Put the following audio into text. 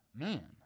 Man